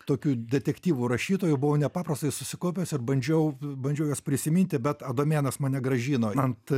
tokių detektyvų rašytojų buvau nepaprastai susikaupęs ir bandžiau bandžiau juos prisiminti bet adomėnas mane grąžino ant